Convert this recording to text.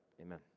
Amen